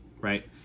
right